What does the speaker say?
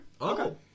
Okay